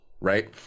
right